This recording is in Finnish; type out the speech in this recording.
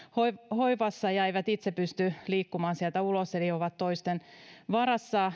hoivassa eivätkä itse pysty liikkumaan sieltä ulos eli ovat toisten varassa